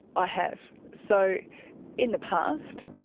i have. so in the past,